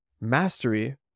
mastery